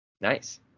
nice